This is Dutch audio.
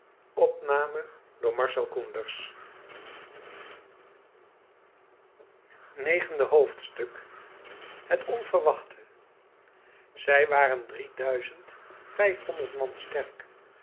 negende hoofdstuk het onverwachte zij waren drie duizend vijfhonderd man sterk